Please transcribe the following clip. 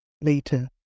later